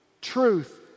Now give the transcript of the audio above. truth